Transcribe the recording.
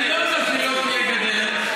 אני לא אומר שלא תהיה גדר,